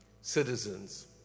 citizens